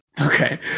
Okay